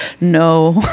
no